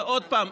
ועוד פעם,